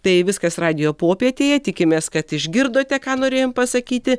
tai viskas radijo popietėje tikimės kad išgirdote ką norėjom pasakyti